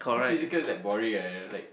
too physical is like boring like that like